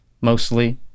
mostly